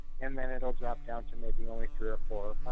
and then it will drop down to maybe only three or four